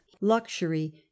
luxury